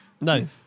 No